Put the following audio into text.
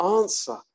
answer